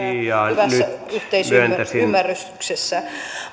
hirveän hyvässä yhteisymmärryksessä